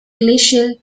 glacial